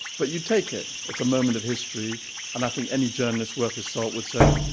but you'd take it. it's a moment of history and i think any journalist worth his salt would say,